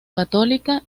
católica